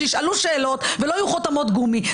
שישאלו שאלות ולא יהיו חותמות גומי.